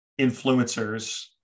influencers